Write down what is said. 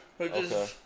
Okay